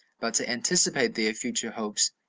but to anticipate their future hopes,